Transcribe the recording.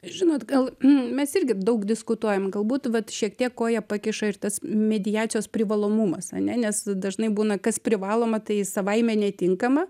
žinot gal mes irgi daug diskutuojam galbūt vat šiek tiek koją pakiša ir tas mediacijos privalomumas ane nes dažnai būna kas privaloma tai savaime netinkama